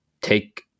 take